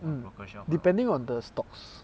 mm depending on the stocks